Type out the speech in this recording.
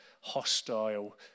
hostile